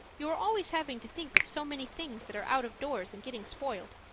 you are always having to think of so many things that are out of doors and getting spoiled.